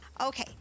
Okay